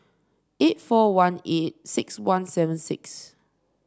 eight four one eight six one seven six